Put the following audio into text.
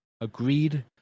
agreed